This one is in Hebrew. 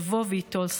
יבוא וייטול שכרו.